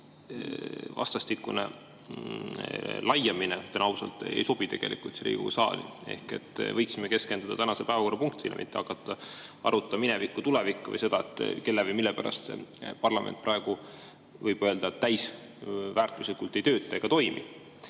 vastastikune laiamine, ütlen ausalt, ei sobi tegelikult Riigikogu saali. Võiksime keskenduda tänasele päevakorrapunktile, mitte hakata arutama minevikku, tulevikku või seda, kelle või mille pärast parlament praegu, võib öelda, täisväärtuslikult ei tööta ega toimi. Aga